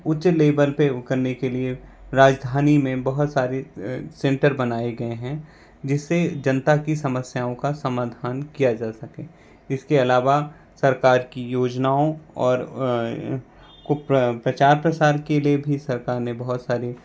उच्च लेबल पर करने के लिए राजधानी में बहुत सारे सेंटर बनाए गए हैं जिस से जनता की समस्याओं का समाधान किया जा सके इसके अलावा सरकार की योजनाओं और को प्रचार प्रसार के लिए भी सरकार ने बहुत सारी